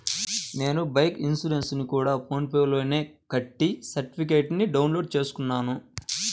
నేను బైకు ఇన్సురెన్సుని గూడా ఫోన్ పే లోనే కట్టి సర్టిఫికేట్టుని డౌన్ లోడు చేసుకున్నాను